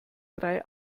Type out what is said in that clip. drei